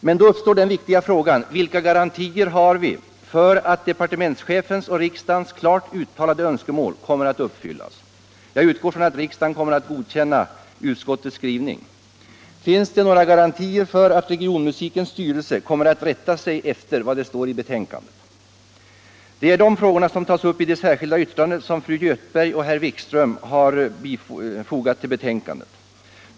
Men då uppstår den viktiga frågan: Vilka garantier har vi för att departementschefens och riksdagens klart uttalade önskemål kommer att uppfyllas? Jag utgår ifrån att riksdagen kommer att godkänna utskottets skrivning. Finns det några garantier för att regionmusikens styrelse kommer att rätta sig efter vad som står i betänkandet? Det är dessa frågor som tas upp i det särskilda yttrande som fru Göthberg och herr Wikström fogat till betänkandet.